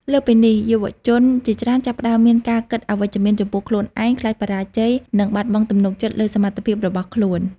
លើសពីនេះ យុវជនជាច្រើនចាប់ផ្ដើមមានការគិតអវិជ្ជមានចំពោះខ្លួនឯង ខ្លាចបរាជ័យ និងបាត់បង់ទំនុកចិត្តលើសមត្ថភាពរបស់ខ្លួន។